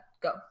go